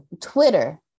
Twitter